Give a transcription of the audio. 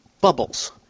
bubbles